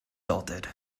salted